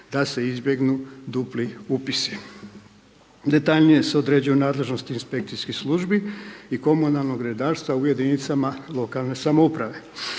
da se izbjegnu dupli upisi. Detaljnije se određuju nadležnosti inspekcijskih službi i komunalnog redarstva u jedinicama lokalne samouprave.